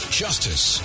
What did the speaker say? justice